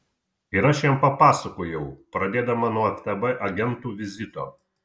ir aš jam papasakojau pradėdama nuo ftb agentų vizito